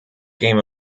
game